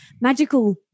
magical